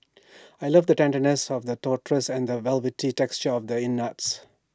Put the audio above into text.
I love the tenderness of the trotters and the velvety texture of the innards